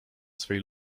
swej